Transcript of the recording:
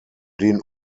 den